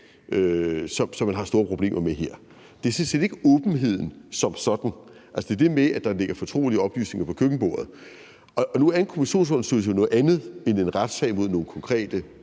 som man har store problemer med her. Det er sådan set ikke åbenheden som sådan. Det er det med, at der ligger fortrolige oplysninger på køkkenbordet. Nu er en kommissionsundersøgelse jo noget andet end en retssag mod nogle konkrete